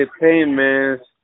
payments